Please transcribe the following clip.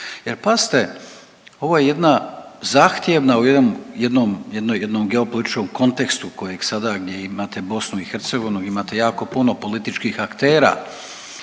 Jer pazite ovo je jedna zahtjevna, u jednom geopolitičkom kontekstu kojeg sada gdje imate BiH imate jako puno političkih aktera,